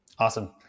Awesome